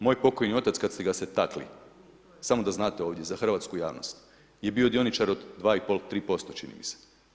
Moj pokojni otac, kad ste ga se takli, samo da znate ovdje za hrvatsku javnost, je bio dioničar od 2,5-3%, čini mi se.